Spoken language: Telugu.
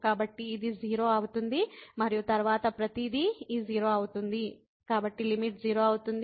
కాబట్టి ఇది 0 అవుతుంది మరియు తరువాత ప్రతిదీ ఈ 0 అవుతుంది కాబట్టి ఈ కేసులో కూడా లిమిట్ 0 అవుతుంది